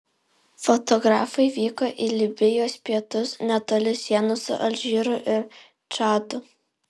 fotografai vyko į libijos pietus netoli sienos su alžyru ir čadu